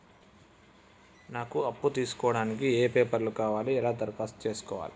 నాకు అప్పు తీసుకోవడానికి ఏ పేపర్లు కావాలి ఎలా దరఖాస్తు చేసుకోవాలి?